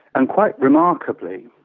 and, quite remarkably,